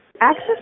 Access